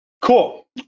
Cool